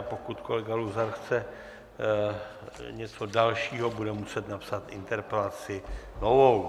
Pokud kolega Luzar chce něco dalšího, bude muset napsat interpelaci novou.